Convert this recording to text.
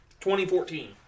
2014